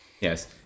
Yes